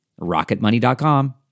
Rocketmoney.com